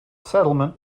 settlement